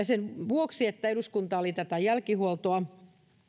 sen vuoksi että eduskunta oli tätä jälkihuoltoa